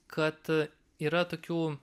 kad yra tokių